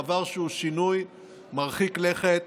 דבר שהוא שינוי מרחיק לכת